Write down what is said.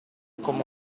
come